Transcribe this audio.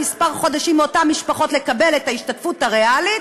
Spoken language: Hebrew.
חודשים מאותן משפחות לקבל את ההשתתפות הריאלית,